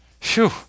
Phew